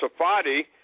Safadi